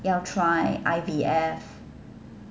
要 try I_B_F